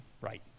right